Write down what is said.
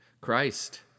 Christ